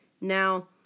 Now